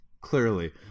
clearly